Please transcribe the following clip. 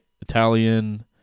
Italian